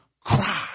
cry